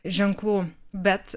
ženklų bet